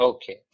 Okay